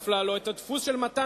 זה, אדוני היושב-ראש, הדפוס של קדימה.